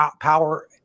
power